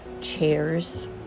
chairs